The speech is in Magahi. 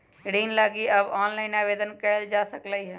ऋण लागी अब ऑनलाइनो आवेदन कएल जा सकलई ह